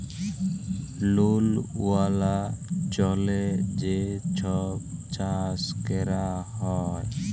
লুল ওয়ালা জলে যে ছব চাষ ক্যরা হ্যয়